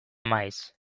maiz